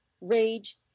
rage